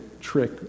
trick